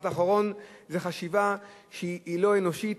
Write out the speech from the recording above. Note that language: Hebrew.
זאת חשיבה שהיא לא אנושית,